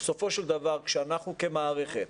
בסופו של דבר כשאנחנו כמערכת,